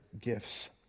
gifts